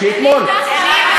שאתמול, יניב נחמן.